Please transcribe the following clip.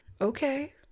okay